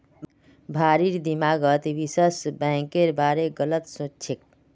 भारिर दिमागत स्विस बैंकेर बारे गलत सोच छेक